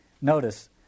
Notice